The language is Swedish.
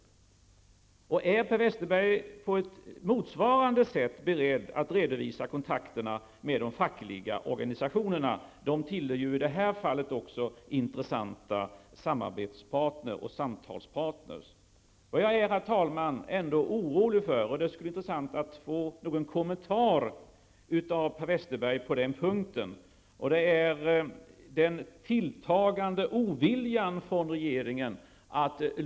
Och är Per Westerberg på motsvarande sätt beredd att redovisa kontakterna med de fackliga organisationerna? Även dessa utgör ju i det här fallet intressanta samarbets och samtalspartner. Jag är, herr talman, ändå orolig över regeringens tilltagande ovilja att lyssna på grupper och politiska partier som så att säga inte ingår i regeringskretsen.